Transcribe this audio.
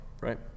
right